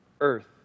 Earth